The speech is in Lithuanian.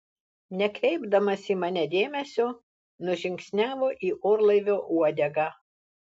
nekreipdamas į mane dėmesio nužingsniavo į orlaivio uodegą